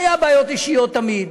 היו בעיות אישיות תמיד,